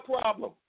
problem